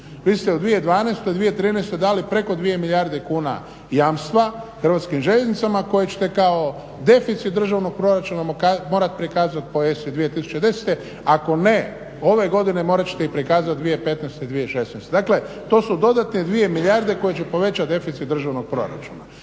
Vi ste u 2012. i 2013. dali preko 2 milijarde kuna jamstva HŽ-u koje ćete kao deficit državnog proračuna morat pokazat po ESO 2010, ako ne ove godine morat ćete ih prikazat 2015., 2016. Dakle to su dodatne 2 milijarde koje će povećat deficit državnog proračuna.